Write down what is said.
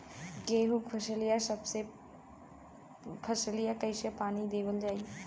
गेहूँक फसलिया कईसे पानी देवल जाई?